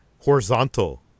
horizontal